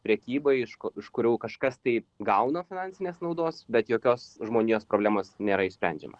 prekybai iš ko iš kurių kažkas tai gauna finansinės naudos bet jokios žmonijos problemos nėra išsprendžiama